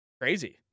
crazy